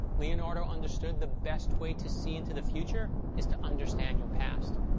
leonardo understood the best way to see into the future is to understand your past.